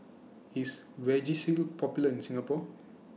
IS Vagisil Popular in Singapore